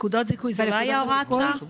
זה לא היה הוראת השעה?